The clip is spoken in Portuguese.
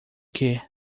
que